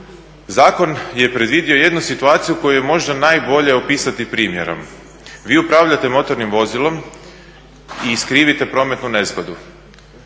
Zakon je predvidio jednu situaciju koju je možda najbolje opisati primjerom. Vi upravljate motornim vozilom i iskrivite prometnu nezgodu.